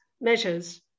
measures